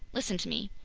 listen to me.